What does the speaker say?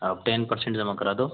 आप ten percent जमा करा दो